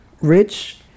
rich